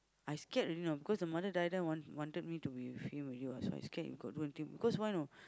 I scared already you know because the mother die die want wanted me to be with him already you know so I scared because why you know